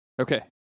Okay